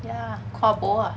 ya kua bo ah